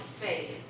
face